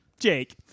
jake